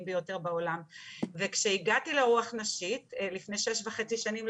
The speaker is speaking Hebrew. ביותר בעולם וכשהגעתי לרוח נשית לפני שש וחצי שנים,